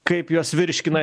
kaip juos virškina